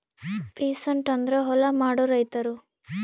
peasant ಅಂದ್ರ ಹೊಲ ಮಾಡೋ ರೈತರು